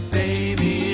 baby